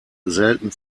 selten